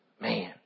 Man